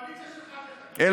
זו הקואליציה שלך, דרך אגב.